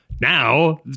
now